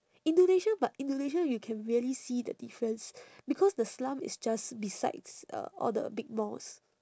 indonesia but indonesia you can really see the difference because the slum is just besides uh all the big malls